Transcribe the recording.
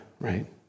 right